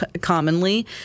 commonly